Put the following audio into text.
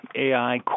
AI